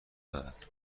دارد